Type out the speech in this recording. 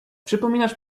przypominasz